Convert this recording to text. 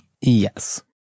Yes